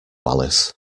alice